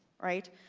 right?